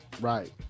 Right